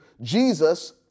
Jesus